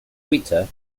twitter